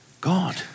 God